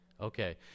okay